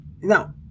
now